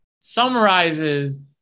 summarizes